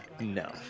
No